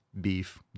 beef